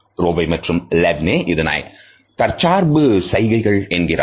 Rowe மற்றும் Levine இதனை தற்சார்பு சைகைகள் என்கிறார்